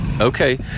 okay